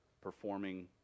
performing